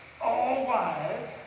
all-wise